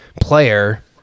player